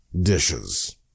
dishes